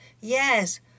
Yes